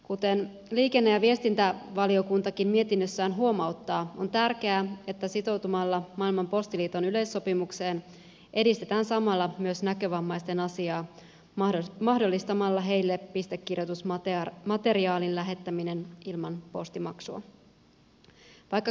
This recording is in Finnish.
kuten liikenne ja viestintävaliokuntakin mietinnössään huomauttaa on tärkeää että sitoutumalla maailman postiliiton yleissopimukseen edistetään samalla myös näkövammaisten asiaa mahdollistamalla heille pistekirjoitusmateriaalin lähettäminen ilman postimaksua